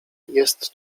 jest